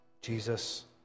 Jesus